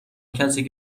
کسی